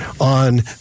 on